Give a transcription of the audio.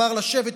אמר לשבת,